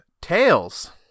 Tails